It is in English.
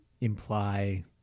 imply